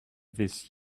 this